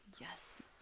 Yes